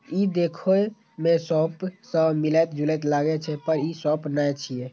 ई देखै मे सौंफ सं मिलैत जुलैत लागै छै, पर ई सौंफ नै छियै